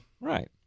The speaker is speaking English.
right